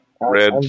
Red